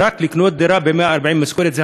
רק לקנות דירה ב-140 משכורות.